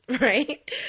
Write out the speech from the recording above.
right